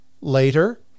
Later